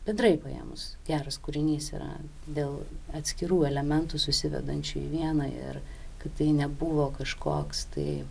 bendrai paėmus geras kūrinys yra dėl atskirų elementų susivedančių į vieną ir kad tai nebuvo kažkoks tai